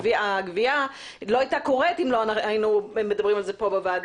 והגבייה לא היתה קורית לו לא היינו מדברים על זה פה בוועדה.